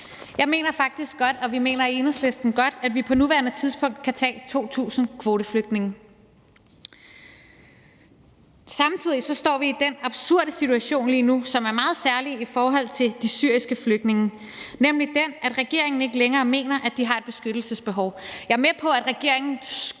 beskedent ønske. Vi mener i Enhedslisten, at vi på nuværende tidspunkt godt kan tage 2.000 kvoteflygtninge. Samtidig står vi lige nu i den absurde situation, som er meget særlig, i forhold til de syriske flygtninge, nemlig at regeringen ikke længere mener, at de har et beskyttelsesbehov. Jeg er med på, at regeringen skubber